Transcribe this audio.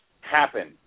happen